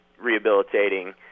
rehabilitating